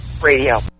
radio